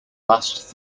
last